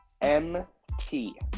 MT